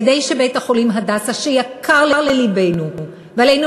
כדי שבית-החולים "הדסה" שיקר ללבנו ועלינו